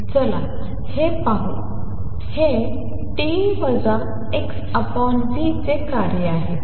चला हे पाहू हे t xv चे कार्य आहे